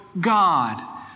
God